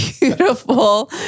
beautiful